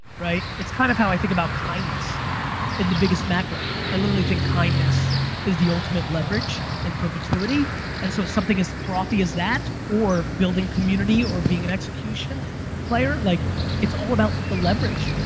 it's kind of how i think about kindness in the biggest macro. i literally think kindness is the ultimate leverage in perpetuity and so something as frothy as that or building community or being an execution player, like it's all about the leverage.